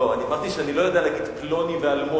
לא, אני אמרתי שאני לא יודע להגיד פלוני ואלמוני.